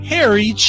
Harry